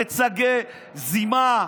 מיצגי זימה.